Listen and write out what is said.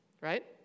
right